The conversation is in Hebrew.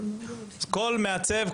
כל מעצב,